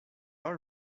all